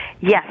Yes